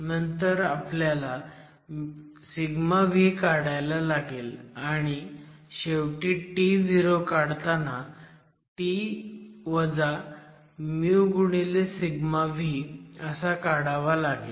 नंतर आपल्याला vकाढायला लागेल आणि शेवटी To काढताना T x vअसा काढावा लागेल